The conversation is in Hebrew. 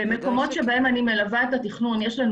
במקומות שבהם אני מלווה את התכנון יש לנו